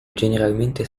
generalmente